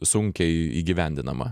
sunkiai įgyvendinama